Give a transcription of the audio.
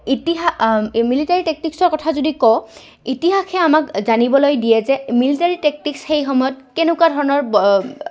ইতিহাস মিলিটাৰী টেক্টিক্সৰ কথা যদি কওঁ ইতিহাসহে আমাক জানিবলৈ দিয়ে যে মিলিটেৰী টেকটিক্স সেই সময়ত কেনেকুৱা ধৰণৰ